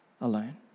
alone